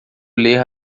ler